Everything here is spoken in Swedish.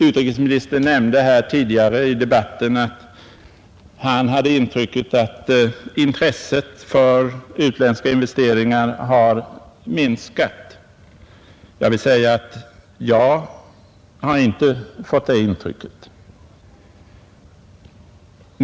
Utrikesministern nämnde tidigare i debatten att han hade intrycket att intresset för utländska investeringar har minskat. Jag vill säga att jag inte har fått det intrycket.